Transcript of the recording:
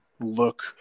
look